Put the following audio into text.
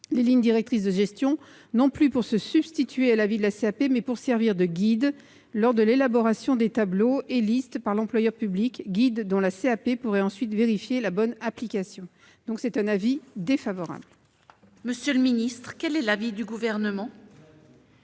les lignes directrices de gestion, non plus pour se substituer à l'avis de la CAP, mais pour servir de guide lors de l'élaboration des tableaux et listes par l'employeur public, guide dont la CAP pourrait ensuite vérifier la bonne application. C'est la raison pour laquelle j'émets, au nom